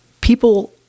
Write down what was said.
people